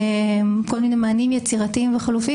כל מיני מענים יצירתיים וחלופיים,